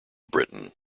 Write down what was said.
britain